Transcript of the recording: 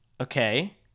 okay